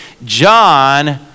John